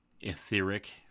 etheric